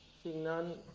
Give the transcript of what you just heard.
seeing none,